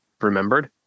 remembered